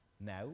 now